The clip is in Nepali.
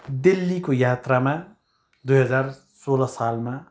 दिल्लीको यात्रामा दुई हजार सोह्र सालमा